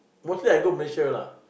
mostly I go Malaysia lah